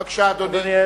בבקשה, אדוני.